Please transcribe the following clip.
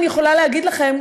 אני יכולה להגיד לכם,